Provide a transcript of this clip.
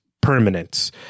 permanence